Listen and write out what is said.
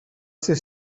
ser